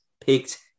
picked